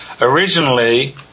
originally